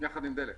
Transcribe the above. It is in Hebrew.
ביחד עם דלק.